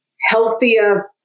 healthier